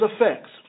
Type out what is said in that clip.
effects